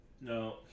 No